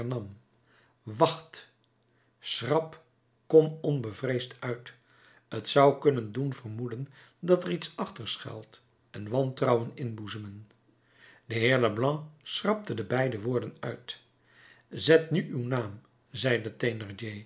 wacht schrap kom onbevreesd uit t zou kunnen doen vermoeden dat er iets achter schuilt en wantrouwen inboezemen de heer leblanc schrapte de beide woorden uit zet nu uw naam zeide